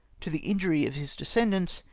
to the injury of his descendants,